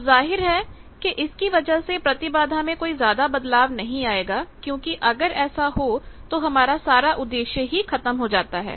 अब जाहिर है कि इसकी वजह से प्रतिबाधा में कोई ज्यादा बदलाव नहीं आएगा क्योंकि अगर ऐसा है तो हमारा सारा उद्देश्य ही खत्म हो जाता है